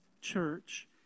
Church